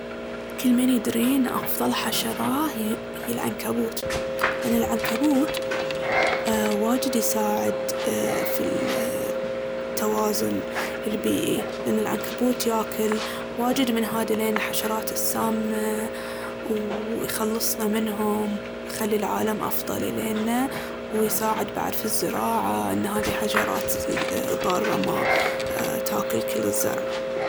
كل مين يدري ان افضل حشرة هي العنكبوت. لأن العنكبوت أ- واجد يساعد أ- في ال- التوازن البيئي. لأن العنكبوت ياكل واجد من هاذيلين الحشرات السامة، ويخلصنا منهم، ويخلي العالم أفضل إلينا، ويساعد بعد في الزراعة، لأن هاذي حشرات ضارة م- تاكل كل الزرع.